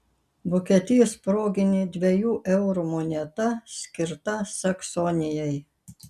vokietijos proginė dviejų eurų moneta skirta saksonijai